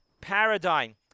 paradigm